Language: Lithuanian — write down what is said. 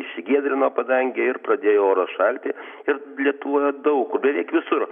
išsigiedrino padangė ir pradėjo oras šalti ir lietuvoje daug kur beveik visur